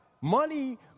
Money